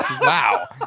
Wow